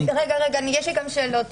רגע, רגע, יש לי כמה שאלות